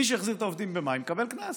מי שהחזיר את העובדים במאי מקבל קנס.